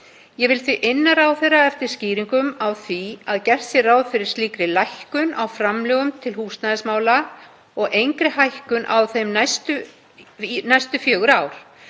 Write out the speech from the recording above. Ég vil því inna ráðherra eftir skýringum á því að gert sé ráð fyrir slíkri lækkun á framlögum til húsnæðismála og engri hækkun á þeim næstu fjögur ár.